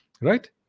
right